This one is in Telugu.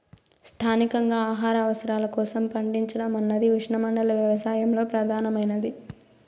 స్థానికంగా ఆహార అవసరాల కోసం పండించడం అన్నది ఉష్ణమండల వ్యవసాయంలో ప్రధానమైనది